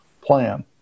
plan